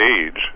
age